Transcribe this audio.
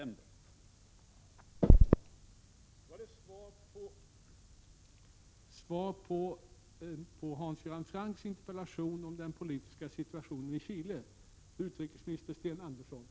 Jag har överenskommit med interpellanten om att besvara interpellationen den 8 december.